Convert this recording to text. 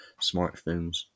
smartphones